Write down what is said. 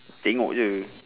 tengok jer